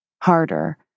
harder